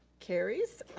carries.